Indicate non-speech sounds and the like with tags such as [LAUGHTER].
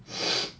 [BREATH]